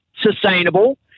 sustainable